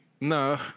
no